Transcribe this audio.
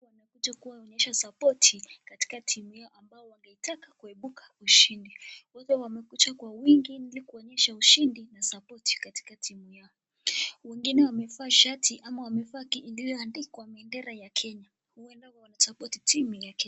Wamekuja kuwaonyesha sapoti katika timu yao ambayo wangetaka kuibuka washindi. Wote wamekuja kwa wingi ili kuonyesha ushindi na sapoti katika timu yao. Wengine wamevaa shati ama wamevaa ambayo limeandikwa bendera ya Kenya. Huenda wanasapoti timu ya Kenya.